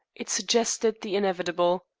it suggested the inevitable.